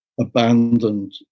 abandoned